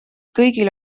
kõigil